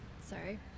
sorry